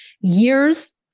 years